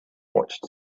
watched